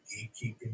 gatekeeping